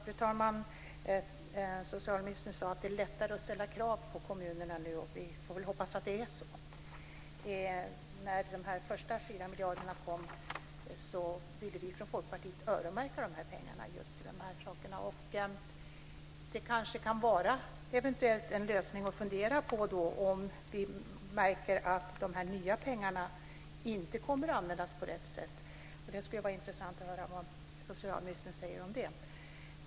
Fru talman! Socialministern sade att det är lättare att ställa krav på kommunerna nu, och vi får väl hoppas att det är så. När de första 4 miljarderna kom ville vi från Folkpartiet öronmärka de pengarna just för de här sakerna. Det kan eventuellt vara en lösning att fundera på, om vi märker att de nya pengarna inte kommer att användas på rätt sätt. Det skulle vara intressant att höra vad socialministern säger om det.